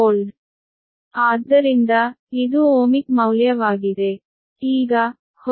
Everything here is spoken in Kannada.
ಆದ್ದರಿಂದ ಇದು ohmic ಮೌಲ್ಯವಾಗಿದೆ